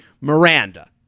Miranda